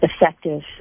effective